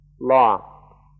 law